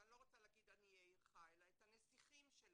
ואני לא רוצה להגיד עניי עירך אלא את הנסיכים שלנו,